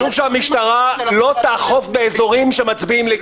חשוב שהמשטרה לא תאכוף באזורים שמצביעים ליכוד.